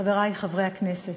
חברי חברי הכנסת,